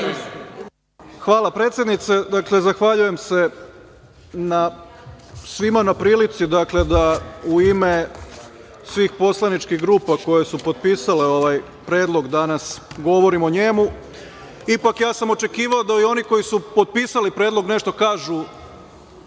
Hvala predsednice. Dakle, zahvaljujem se svima na prilici da u ime svih poslaničkih grupa koje su potpisale ovaj predlog, danas govorim o njemu. Ipak, ja sam očekivao da i oni koji su potpisali predlog nešto kažu